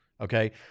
Okay